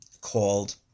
called